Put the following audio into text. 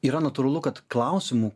yra natūralu kad klausimų